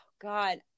God